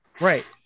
right